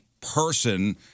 person